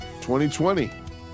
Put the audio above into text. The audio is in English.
2020